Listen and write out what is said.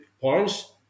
points